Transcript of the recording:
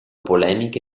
polemiche